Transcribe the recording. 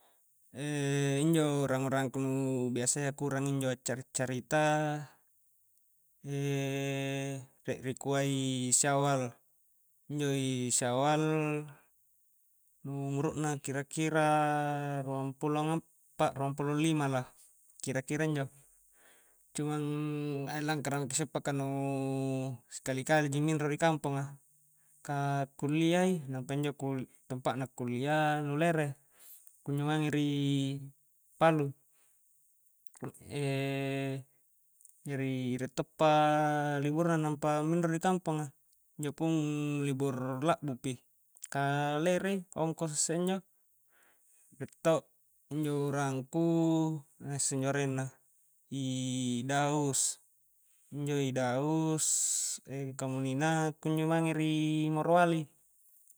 injo urang-urangku nu biasayyaku urang injo a'cari-carita rie rikua i syawal, injo i syawal umuru'na kira-kira ruang pulo appa ruang pulo limalah kira-kira injo cumang aih langkara maki si uppa ka nuu si kali-kali ji minro ri kamponga ka kullia i nampa ino kul tampa'na kullia nu lere kunjo mange ri palu jari rie toppa libur na nampa minro ri kampongaa injo pung libur lakbu pi ka lerei ongkoso isse injo, rie to injo urangku inai isse injo arenna daus injo i daus kamuninna kunjo mange ri morowali